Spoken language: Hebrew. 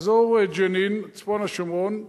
באזור ג'נין, צפון השומרון,